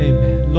Amen